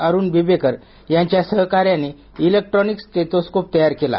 अरुण बिबेकर यांच्या सहकार्याने electronic stethoscope तयार केला